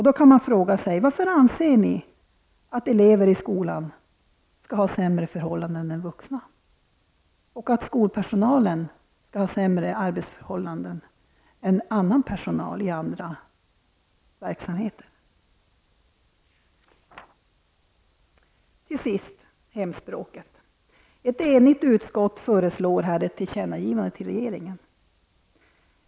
Då kan man fråga: Varför anser ni att skolelever skall ha sämre förhållanden än vuxna eller att skolpersonalen skall ha sämre arbetsförhållanden än personal inom andra verksamheter? Till sist några ord om hemspråksundervisningen. Ett enigt utskott föreslår här ett tillkännagivande till regeringen.